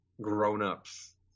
grown-ups